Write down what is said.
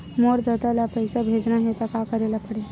मोर ददा ल पईसा भेजना हे त का करे ल पड़हि?